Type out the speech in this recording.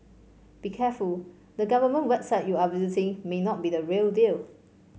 be careful the government website you are visiting may not be the real deal